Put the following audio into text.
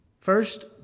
First